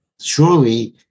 Surely